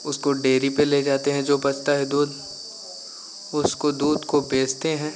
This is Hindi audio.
उसको डेरी पे ले जाते हैं जो बचता है दूध उसको दूध को बेचते हैं